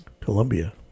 Colombia